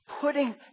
Putting